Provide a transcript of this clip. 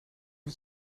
het